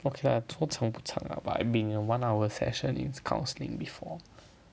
okay lah 说长不长 lah but I've been in a one hour session is counselling before